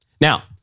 Now